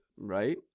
Right